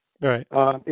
Right